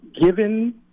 Given